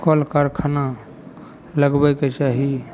कल कारखाना लगबयके चाही